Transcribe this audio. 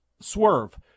swerve